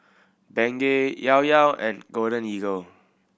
Bengay Llao Llao and Golden Eagle